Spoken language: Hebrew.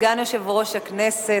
סגן יושב-ראש הכנסת,